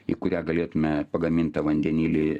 į kurią galėtume pagamintą vandenilį